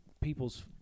people's